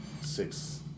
six